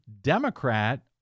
Democrat